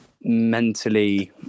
Mentally